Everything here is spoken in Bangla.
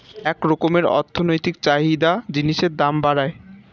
এক রকমের অর্থনৈতিক চাহিদা জিনিসের দাম বাড়ায়